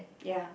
ya